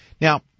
Now